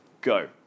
go